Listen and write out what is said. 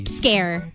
scare